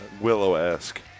Willow-esque